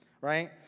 right